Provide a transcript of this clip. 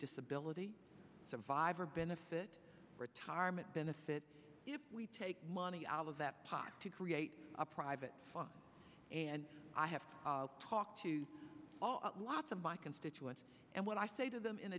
disability survivor benefit retirement benefit if we take money out of that pot to create a private fund and i have talked to lots of my constituents and when i say to them in